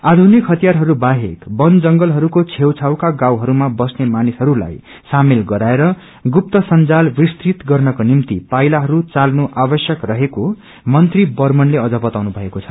आषुनिक हतियारहरू बाहेक वन जंगलहरूको छेउ छाउका गाउँहरूमा बस्ने मानिसेहरूलाई सामेल गराएर रतुफिया संजाल विस्तृत गर्नको निम्ति आवश्यक पाइलाहरू चालू आवश्यक रहेको मंत्री वर्मणले अझ बताउनुभएको छ